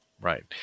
Right